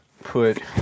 put